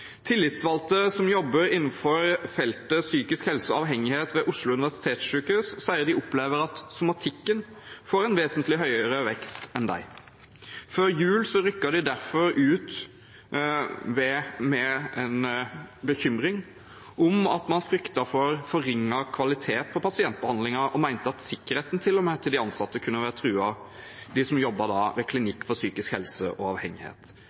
Tillitsvalgte som jobber innenfor feltet psykisk helse og avhengighet ved Oslo universitetssykehus, sier de opplever at somatikken får en vesentlig høyere vekst enn det deres felt får. Før jul rykket de derfor ut med en bekymring om at man fryktet forringet kvalitet i pasientbehandlingen, og mente til og med at sikkerheten til de ansatte – de som jobber ved Klinikk psykisk helse og avhengighet